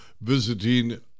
visiting